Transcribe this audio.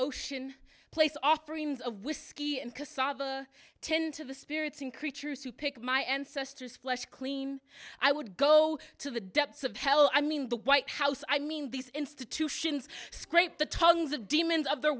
ocean place off reams of whiskey and casaba tend to the spirits in creatures who pick my ancestors flush clean i would go to the depths of hell i mean the white house i mean these institutions scraped the tongues of demons of the